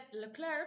Leclerc